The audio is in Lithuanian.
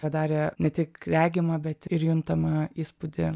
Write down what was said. padarė ne tik regimą bet ir juntamą įspūdį